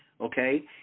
okay